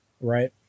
right